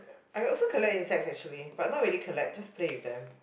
I also collect insects actually but not really collect just play with them